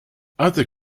other